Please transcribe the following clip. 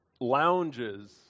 lounges